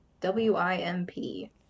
W-I-M-P